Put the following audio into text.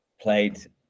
played